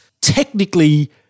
technically